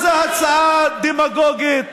אז זו הצעה דמגוגית.